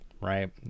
right